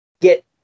get